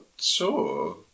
sure